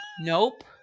nope